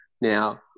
Now